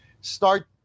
start